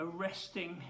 arresting